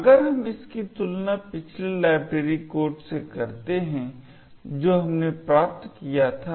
अगर हम इसकी तुलना पिछले लाइब्रेरी कोड से करते हैं जो हमने प्राप्त किया था